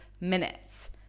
minutes